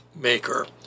maker